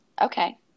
Okay